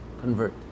convert